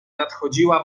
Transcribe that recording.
nadchodziła